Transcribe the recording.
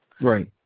right